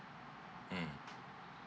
mm